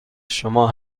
شما